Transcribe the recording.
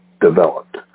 developed